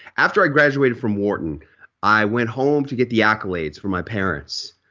after i graduated from wharton i went home to get the accolades from my parents.